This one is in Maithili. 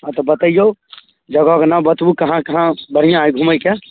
अच्छा बतैऔ जगहके नाम बताबू कहाँ कहाँ बढ़िआँ अइ घुमैके